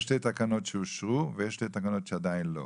יש שתי תקנות שאושרו ויש שתי תקנות שעדיין לא.